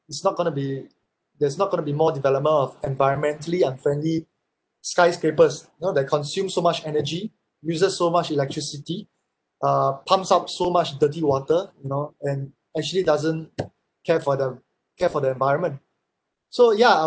it's not going to be there's not going to be more development of environmentally unfriendly skyscrapers you know that consume so much energy uses so much electricity uh pumps up so much dirty water you know and actually doesn't care for them care for the environment so ya I